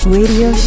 Radio